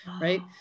right